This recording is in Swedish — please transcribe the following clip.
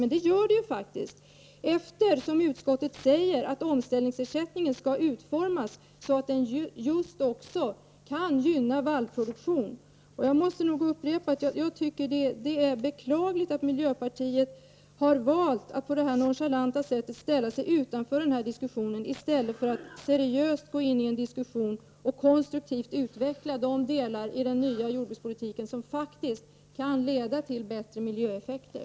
Men det gör det faktiskt, eftersom utskottet säger att omställningsersättningen skall utformas så, att den just också kan gynna vallproduktion. Jag måste upprepa att det är beklagligt att miljöpartiet har valt att på det här nonchalanta sättet ställa sig utanför diskussionen i stället för att seriöst gå in i den och konstruktivt utveckla de delar av den nya jordbrukspolitiken som faktiskt kan leda till bättre miljöeffekter.